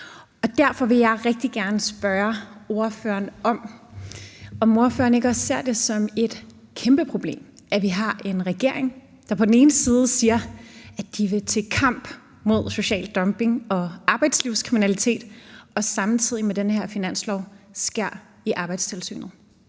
Derfor vil jeg rigtig gerne spørge ordføreren, om ordføreren ikke også ser det som et kæmpeproblem, at vi har en regering, der på den ene side siger, at de vil til kamp mod social dumping og arbejdslivskriminalitet og samtidig med den her finanslov skærer ned på Arbejdstilsynet.